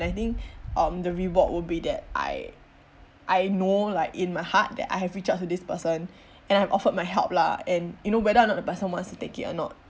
and I think um the reward will be that I I know like in my heart that I have reach out to this person and I have offered my help lah and you know whether or not the person wants to take it or not